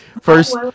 first